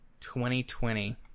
2020